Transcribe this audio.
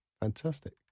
fantastic